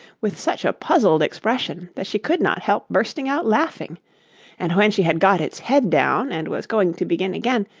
with such a puzzled expression that she could not help bursting out laughing and when she had got its head down, and was going to begin again,